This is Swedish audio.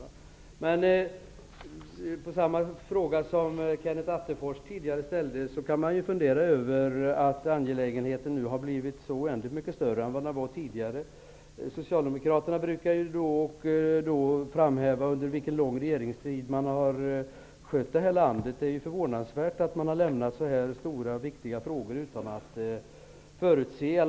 På samma sätt som när det gäller frågan Kenneth Attefors ställde tidigare, kan man ju fundera över att angelägenheten nu har blivit så oändligt mycket större än vad den var tidigare. Socialdemokraterna brukar ju då och då framhäva under vilken lång regeringstid de har skött det här landet. Det är förvånansvärt att de har lämnat så här stora och viktiga frågor utan att förutse vad som skulle hända.